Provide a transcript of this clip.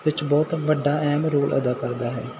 ਵਿੱਚ ਬਹੁਤ ਵੱਡਾ ਅਹਿਮ ਰੋਲ ਅਦਾ ਕਰਦਾ ਹੈ